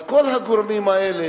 אז כל הגורמים האלה,